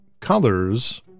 colors